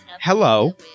Hello